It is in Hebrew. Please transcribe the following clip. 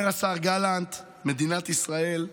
אומר השר גלנט: מדינת ישראל,